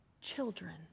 children